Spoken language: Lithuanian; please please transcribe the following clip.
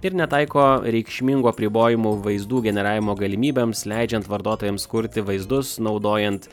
ir netaiko reikšmingų apribojimų vaizdų generavimo galimybėms leidžiant vartotojams kurti vaizdus naudojant